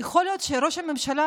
יכול להיות שראש הממשלה,